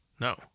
no